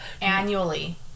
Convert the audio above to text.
annually